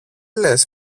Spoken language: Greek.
λες